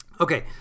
Okay